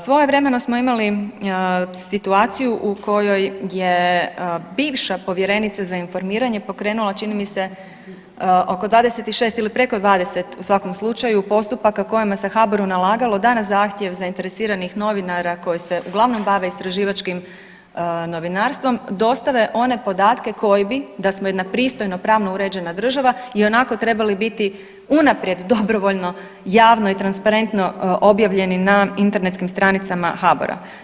Svojevremeno smo imali situaciju u kojoj je bivša povjerenica za informiranje pokrenula čini mi se oko 26 ili preko 20 u svakom slučaju postupaka kojima se HBOR-u nalagalo da na zahtjev zainteresiranih novinara koji se uglavnom bave istraživačkim novinarstvom dostave one podatke koji bi da smo jedno pristojno pravno uređena država ionako trebali biti unaprijed dobrovoljno, javno i transparentno objavljeni na internetskim stranicama HBOR-a.